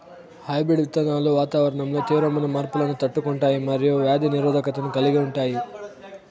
hybrid విత్తనాలు వాతావరణంలో తీవ్రమైన మార్పులను తట్టుకుంటాయి మరియు వ్యాధి నిరోధకతను కలిగి ఉంటాయి